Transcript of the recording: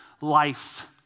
life